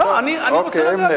אני, טוב, אוקיי, עם נדר,